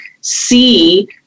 see